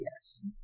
yes